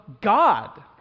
God